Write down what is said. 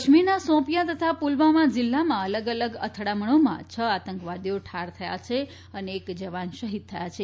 કાશ્મીરના શોપીયાં તથા પુલવામા જિલ્લામાં અલગ અલગ અથડામણોમાં છ આતંકવાદીઓ ઠાર થયા છે અને એક જવાન શહિદ થયા છે